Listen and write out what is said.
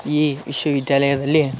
ಈ ವಿಶ್ವವಿದ್ಯಾಲಯದಲ್ಲಿ